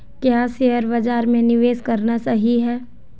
क्या शेयर बाज़ार में निवेश करना सही है?